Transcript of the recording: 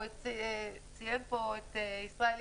הוא ציין פה את ישראל יצחק,